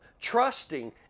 Trusting